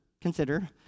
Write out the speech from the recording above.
consider